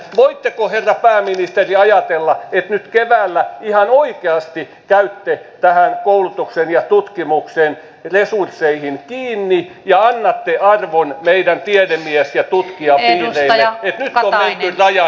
voitteko herra pääministeri ajatella että nyt keväällä ihan oikeasti käytte koulutuksen ja tutkimuksen resursseihin kiinni ja annatte arvon meidän tiedemies ja tutkijapiireille siinä että nyt on menty rajan yli